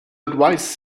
advise